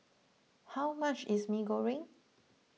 how much is Mee Goreng